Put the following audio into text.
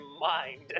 mind